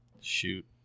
shoot